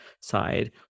side